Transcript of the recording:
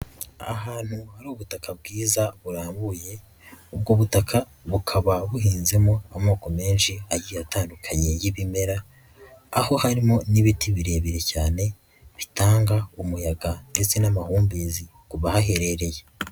Ahantu hari ubutaka bwiza burambuye, ubwo butaka bukaba buhinzemo amoko menshi agiye atandukanye y'ibimera, aho harimo n'ibiti birebire cyane bitanga umuyaga ndetse n'amahumbezi ku bahaherereye.